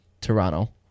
Toronto